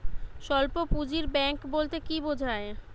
স্বল্প পুঁজির ব্যাঙ্ক বলতে কি বোঝায়?